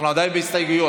אנחנו עדיין בהסתייגויות.